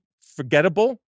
forgettable